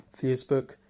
Facebook